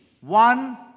One